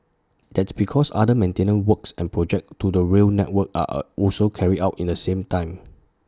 that's because other maintenance works and projects to the rail network are are also carried out in the same time